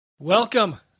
Welcome